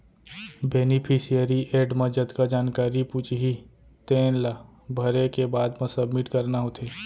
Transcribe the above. beneficiary एड म जतका जानकारी पूछही तेन ला भरे के बाद म सबमिट करना होथे